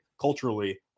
culturally